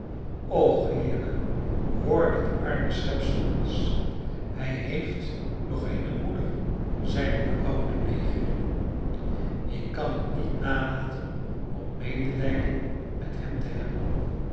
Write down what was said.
och heere hoor dat arme schepsel eens hij heeft nog eene moeder zeide de oude negerin ik kan het niet nalaten om medelijden met hem te hebben